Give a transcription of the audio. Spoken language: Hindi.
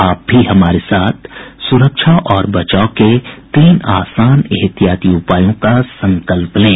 आप भी हमारे साथ सुरक्षा और बचाव के तीन आसान एहतियाती उपायों का संकल्प लें